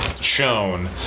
shown